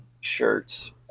shirts